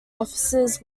offices